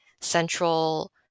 central